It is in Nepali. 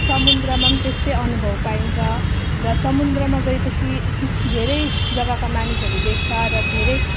समुद्रमा पनि त्यस्तै अनुभव पाइन्छ र समुद्रमा गएपछि कि त धेरै जग्गाका मानिसहरू देख्छ र धेरै